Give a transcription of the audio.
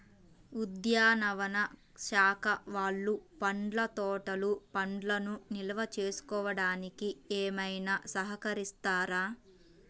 ఉద్యానవన శాఖ వాళ్ళు పండ్ల తోటలు పండ్లను నిల్వ చేసుకోవడానికి ఏమైనా సహకరిస్తారా?